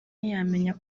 ntiyamenya